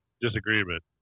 disagreement